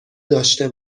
داشته